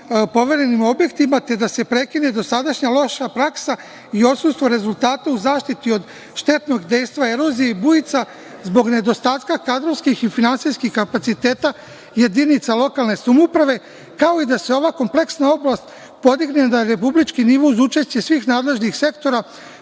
poverenim objektima, te da se prekine dosadašnja loša praksa i odsustvo rezultata u zaštiti od štetnog dejstva erozija i bujica zbog nedostatka kadrovskih i finansijskih kapaciteta jedinica lokalne samouprave, kao i da se ova kompleksna oblast podigne na republički nivo uz učešće svih nadležnih sektora